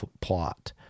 plot